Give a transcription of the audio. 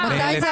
מתי זה היה?